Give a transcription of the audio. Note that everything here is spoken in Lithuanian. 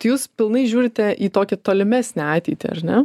tai jūs pilnai žiūrite į tokią tolimesnę ateitį ar ne